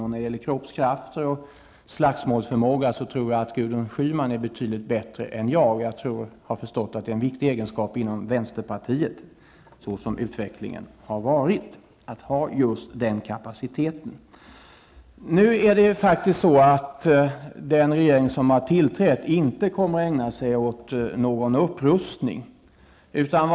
När det gäller kroppskrafter och slagsmålsförmåga, tror jag att Gudrun Schyman är betydligt bättre än jag -- så som utvecklingen har varit har jag förstått att det är en viktig egenskap inom vänsterpartiet att ha just denna kapacitet. Den regering som har tillträtt kommer inte att ägna sig åt någon upprustning.